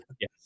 Yes